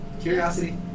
curiosity